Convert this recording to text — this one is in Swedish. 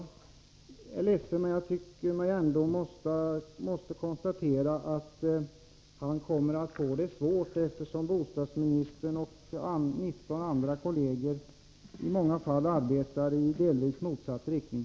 Jag är ledsen över att jag tycker mig behöva konstatera att han kommer att få det svårt, eftersom bostadsministern och 19 andra kolleger i många fall arbetar i delvis motsatt riktning.